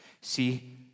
See